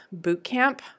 Bootcamp